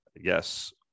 Yes